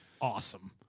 awesome